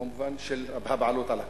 במובן של בעלות על הקרקע.